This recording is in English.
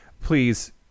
please